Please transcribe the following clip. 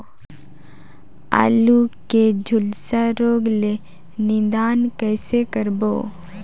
आलू के झुलसा रोग ले निदान कइसे करबो?